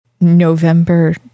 November